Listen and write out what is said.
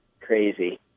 crazy